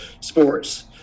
sports